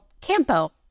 Campo